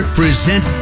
present